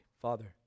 Father